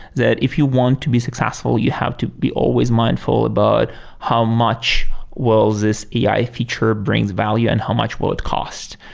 that if you want to be successful, you have to be always mindful about how much will this ai feature brings value and how much will it cost.